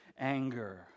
anger